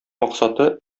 максаты